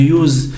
use